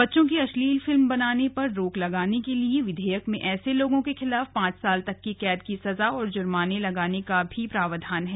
बच्चों की अश्लील फिल्म बनाने पर रोक लगाने के लिए विधेयक में ऐसे लोगों के खिलाफ पांच साल तक की कैद की सजा और जुर्माना लगाने का भी प्रावधान है